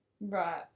Right